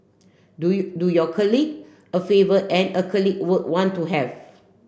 do you do your colleague a favour and a colleague would want to have